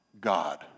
God